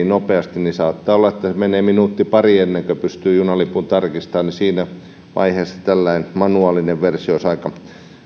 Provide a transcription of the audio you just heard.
nopeasti niin saattaa olla että että menee minuutti pari ennen kuin pystyy junalipun tarkistamaan niin siinä vaiheessa tällainen manuaalinen versio olisi aika